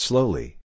Slowly